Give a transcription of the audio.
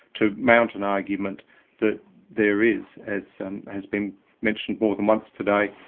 to mount an argument that there is, as has been mentioned more than once today,